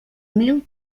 mil